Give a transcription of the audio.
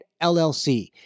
LLC